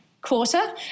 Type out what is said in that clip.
quarter